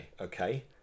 okay